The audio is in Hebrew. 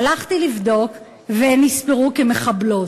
הלכתי לבדוק, "והן נספרו כמחבלות".